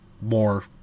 more